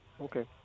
okay